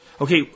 Okay